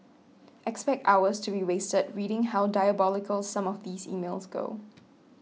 expect hours to be wasted reading how diabolical some of these emails go